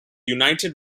united